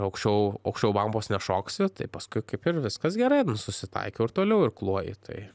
aukščiau aukščiau bambos nešoksi tai paskui kaip ir viskas gerai nu susitaikiau ir toliau irkluoju tai